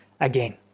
again